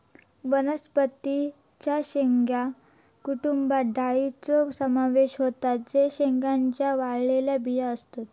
वनस्पतीं च्या शेंगा कुटुंबात डाळींचो समावेश होता जे शेंगांच्या वाळलेल्या बिया असतत